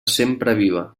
sempreviva